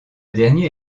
dernier